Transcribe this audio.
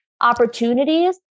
opportunities